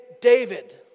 David